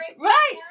right